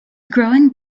growing